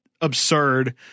absurd